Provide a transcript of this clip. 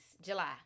July